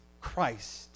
Christ